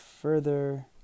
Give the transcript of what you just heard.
further